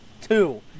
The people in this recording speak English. Two